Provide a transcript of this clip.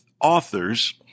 authors—